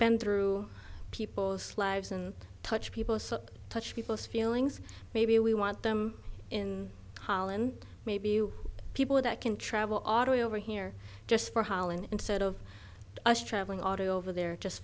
bend through people's lives and touch people touch people's feelings maybe we want them in holland maybe you people that can travel auto over here just for holland instead of us traveling auto over there just